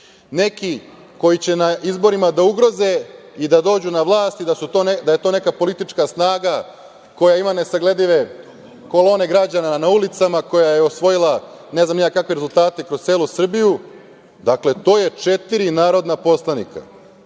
neki koji će na izborima da ugroze i da dođu na vlast, da je to neka politička snaga koja ima nesagledive kolone građana na ulicama, koja je osvojila ne znam ni ja kakve rezultate kroz celu Srbiju, dakle to je četiri narodna poslanika.